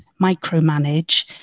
micromanage